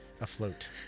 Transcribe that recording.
afloat